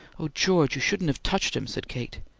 oh, george, you shouldn't have touched him, said kate.